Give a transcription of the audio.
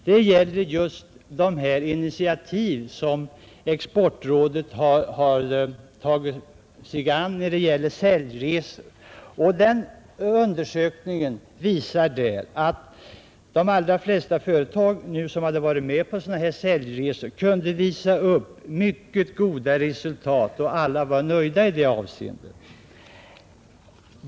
Det gäller det initiativ som exportrådet tagit när det gäller säljresor. Den undersökningen visar att de allra flesta företag, som hade varit med på sådana säljresor, kunde visa upp mycket goda resultat och att alla var nöjda i detta avseende.